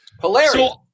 Hilarious